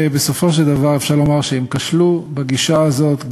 ובסופו של דבר אפשר לומר שהם כשלו בגישה הזאת,